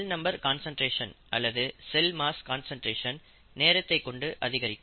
செல் number concentration அல்லது cell mass concentration நேரத்தைக் கொண்டு அதிகரிக்கும்